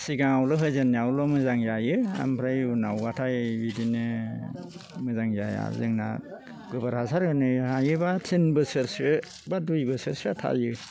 सिगाङाव होजेननायावल' मोजां जायो ओमफ्राय उनावब्लाथाय बिदिनो मोजां जाया जोंना गोबोर हासार होनाया थायोब्ला दुइ बोसोरसो बा तिनिबोसोरसो थायो